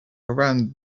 around